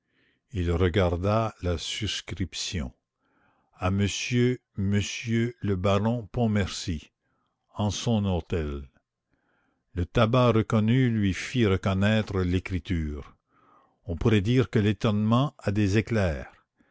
il regarda la suscription à monsieur monsieur le baron pommerci en son hôtel le tabac reconnu lui fit reconnaître l'écriture on pourrait dire que l'étonnement a des éclairs